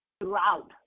throughout